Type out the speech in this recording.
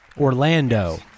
Orlando